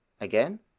Again